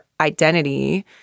identity